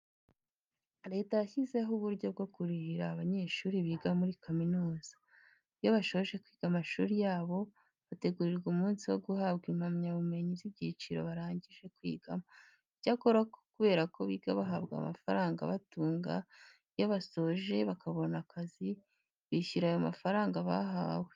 Leta yashyizeho uburyo bwo kurihira abanyeshuri biga muri kaminuza. Iyo basoje kwiga amashuri yabo, bategurirwa umunsi wo guhabwa impamyabumenyi z'ibyiciro barangije kwigamo. Icyakora kubera ko biga bahabwa amafaranga abatunga, iyo basoje bakabona akazi bishyura ayo mafaranga bahawe.